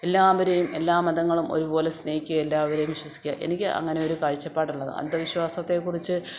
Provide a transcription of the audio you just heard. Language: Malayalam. എല്ലാവരെയും എല്ലാ മതങ്ങളും ഒരുപോലെ സ്നേഹിക്കുക ഒരുപോലെ വിശ്വസിക്കുക എനിക്ക് അങ്ങനെയൊരു കാഴ്ചപ്പാടുള്ളതാ അന്ധവിശ്വസത്തെക്കുറിച്ചു